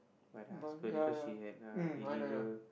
but ya ya mm I know I know